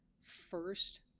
first